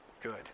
good